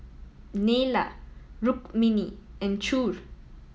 Neila Rukmini and Choor